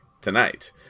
tonight